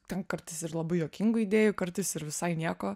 ten kartais ir labai juokingų idėjų kartais ir visai nieko